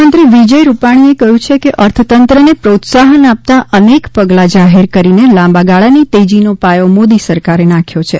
મુખ્યમંત્રી વિજય રૂપાણીએ કહ્યું છે કે અર્થતંત્રને પ્રોત્સાહન આપતા અનેક પગલા જાહેર કરીને લાંબાગાળાની તેજીનો પાયો મોદી સરકારે નાંખ્યો છે